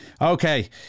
Okay